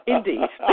Indeed